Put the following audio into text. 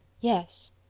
Yes